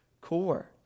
core